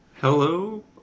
Hello